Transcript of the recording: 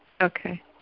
okay